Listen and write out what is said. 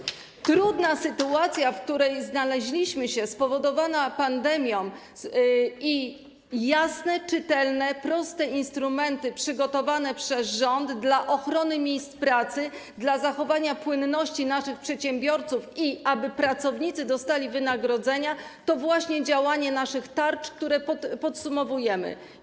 Znaleźliśmy się w trudnej sytuacji spowodowanej pandemią i jasne, czytelne, proste instrumenty przygotowane przez rząd dla ochrony miejsc pracy, dla zachowania płynności naszych przedsiębiorców i aby pracownicy dostali wynagrodzenia, to właśnie działanie naszych tarcz, które podsumowujemy.